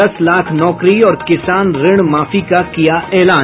दस लाख नौकरी और किसान ऋण माफी का किया ऐलान